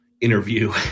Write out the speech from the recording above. interview